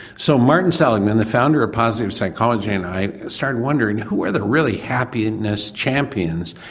so martin seligman the founder of positive psychology and i started wondering who were the really happiness champions,